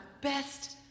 best